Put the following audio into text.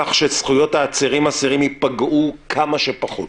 כך שזכויות העצירים/אסירים ייפגעו כמה שפחות.